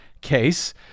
case